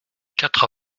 quatre